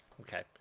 okay